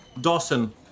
Dawson